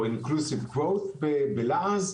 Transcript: או inclusive growth בלעז.